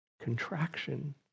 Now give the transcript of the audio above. contraction